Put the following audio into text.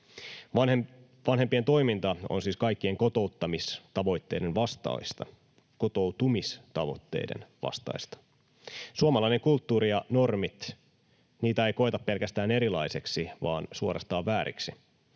Vanhempien toiminta on siis kaikkien kotouttamis- ja kotoutumistavoitteiden vastaista. Suomalaista kulttuuria ja normeja ei koeta pelkästään erilaisiksi, vaan suorastaan vääriksi.